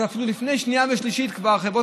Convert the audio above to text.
אז אפילו לפני שנייה ושלישית החברות